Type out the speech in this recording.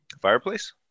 Fireplace